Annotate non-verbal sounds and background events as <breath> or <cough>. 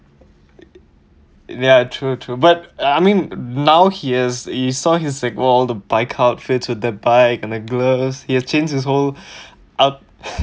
ya true true but uh I mean now he has he saw his all the bike outfits with the bike and the gloves he has changed his whole <breath> uh